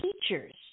teachers